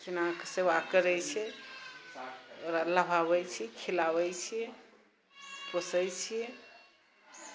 खिना कऽ सेवा करए छै ओकरा लहाबै छी खिलाबै छिऐ पोसए छी